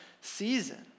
season